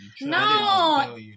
No